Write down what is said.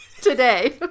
today